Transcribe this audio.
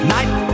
Night